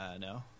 no